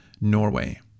Norway